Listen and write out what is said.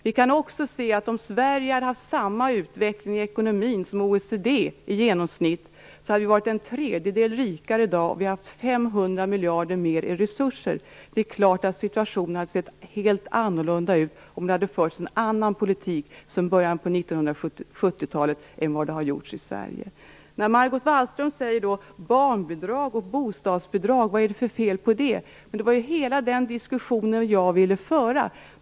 Vi kan också se, att om Sverige hade haft samma utveckling i ekonomin som genomsnittet i OECD hade vi varit en tredjedel rikare i dag och haft 500 miljarder mer i resurser. Det är klart att situationen hade sett helt annorlunda ut om det hade förts en annan politik sedan början på 1970-talet än vad det har gjorts i Sverige. Margot Wallström säger: Vad är det för fel på barnbidrag och bostadsbidrag? Det var hela den diskussionen jag ville föra.